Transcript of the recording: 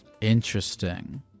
Interesting